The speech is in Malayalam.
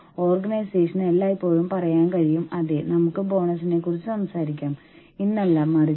ഓർഗനൈസേഷൻ അത് ചെയ്യുന്നതിന്റെ ഒരു ഭാഗം ജീവനക്കാരുമായി പങ്കിടുന്നു